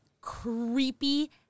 creepy